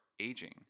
aging